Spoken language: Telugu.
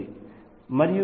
మరియు E2 cos ka 1